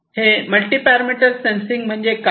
हे multiparameter sensing म्हणजे काय